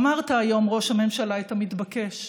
אמרת היום, ראש הממשלה, את המתבקש,